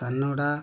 Canada